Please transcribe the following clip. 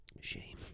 Shame